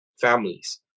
families